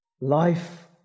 life